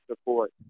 support